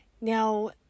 now